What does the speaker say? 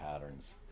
patterns